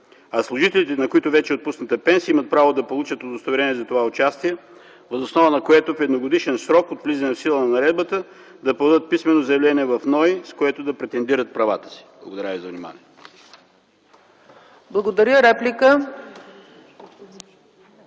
а служителите, на които вече е отпусната пенсия, имат право да получат удостоверение за това участие, въз основа на което в едногодишен срок от влизането на наредбата в сила да подадат заявление в НОИ, с което да претендират правата си. Благодаря ви за вниманието.